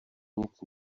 nic